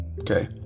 Okay